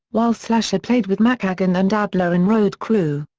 while slash had played with mckagan and adler in road crew.